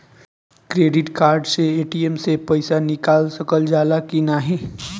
Credit card से ATM से पइसा निकाल सकल जाला की नाहीं?